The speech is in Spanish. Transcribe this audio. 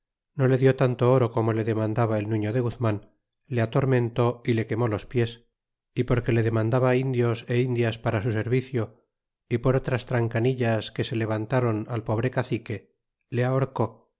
no le die tanto oro como le demandaba el nuño de guzman le atormentó y le quemé los pies y porque le demandaba indios é indias para su servicio y por otras trancanillas que se levantaron al pobre cacique le ahorcó